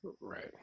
Right